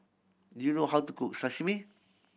do you know how to cook Sashimi